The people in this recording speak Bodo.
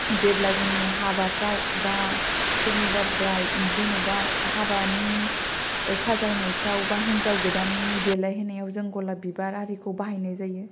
जेब्ला जोङो हाबाफ्राव बा सोरनिबा भ्राइद जेन'बा हाबानि साजायनायफ्राव बा हिनजाव गोदाननि देलाइ होनायाव जों गलाब बिबार आरिखौ बाहायनाय जायो